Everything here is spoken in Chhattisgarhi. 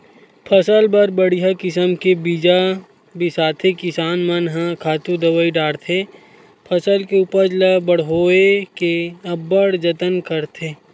फसल बर बड़िहा किसम के बीजा बिसाथे किसान मन ह खातू दवई डारथे फसल के उपज ल बड़होए के अब्बड़ जतन करथे